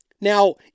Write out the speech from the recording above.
Now